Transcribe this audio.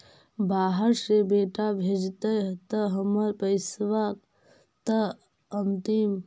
बाहर से बेटा भेजतय त हमर पैसाबा त अंतिम?